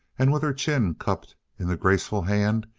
and, with her chin cupped in the graceful hand,